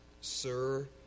sir